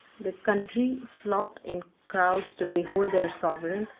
the country flocked in crowds to behold their sovereign,